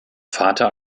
vater